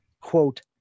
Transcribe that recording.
quote